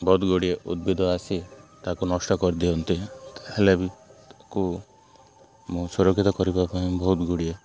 ବହୁତ ଗୁଡ଼ିଏ ଉଦ୍ଭିଦ ଆସି ତାକୁ ନଷ୍ଟ କରିଦିଅନ୍ତେ ହେଲେ ବି ତାକୁ ମୁଁ ସୁରକ୍ଷିତ କରିବା ପାଇଁ ବହୁତ ଗୁଡ଼ିଏ